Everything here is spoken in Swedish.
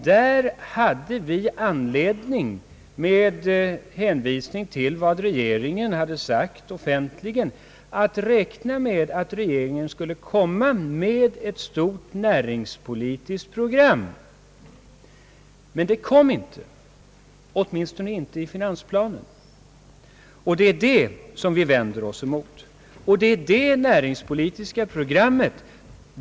Där hade vi anledning — med hänvisning till vad regeringen hade sagt offentligt — att räkna med att regeringen skulle komma med ett stort näringspolitiskt program. Men det kom inte — åtminstone inte i finansplanen. Det är det som vi vänder oss emot. Meningsskiljaktigheterna gäller det näringspolitiska programmet.